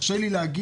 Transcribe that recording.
קשה לי להגיע.